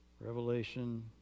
Revelation